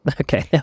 Okay